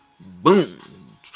boom